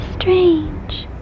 strange